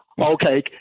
Okay